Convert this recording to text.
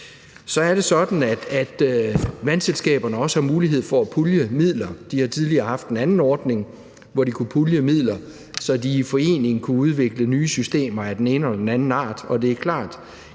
Så er det sådan, at vandselskaberne også har mulighed for at pulje midler. De har tidligere haft en anden ordning, hvor de kunne pulje midler, så de i forening kunne udvikle nye systemer af den ene eller den anden art. Og det er klart,